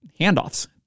handoffs